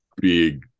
big